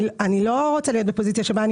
אני לא רוצה להיות בפוזיציה שבה אני